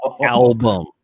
album